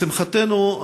לשמחתנו,